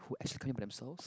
who exclaim themselves